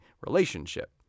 relationship